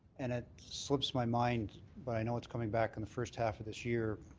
and it slips my mind, but i know it's coming back in the first half of this year,